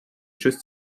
щось